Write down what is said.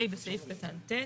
ה' בסעיף קטן ט'.